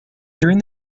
during